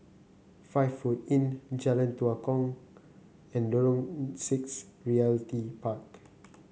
Five Foot Inn Jalan Tua Kong and Lorong Six Realty Park